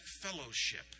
fellowship